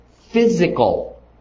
Physical